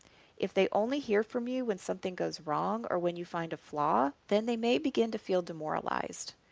if they only hear from you when something goes wrong or when you find a flaw, then they may begin to feel demoralized.